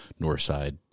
Northside